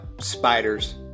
spiders